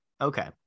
okay